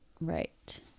Right